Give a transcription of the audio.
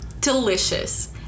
delicious